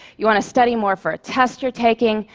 you want to study more for a test you're taking,